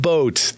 Boat